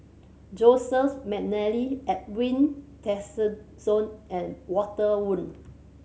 Joseph McNally Edwin Tessensohn and Walter Woon